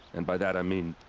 and by that i mean.